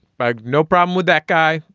bye. no problem with that guy.